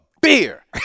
beer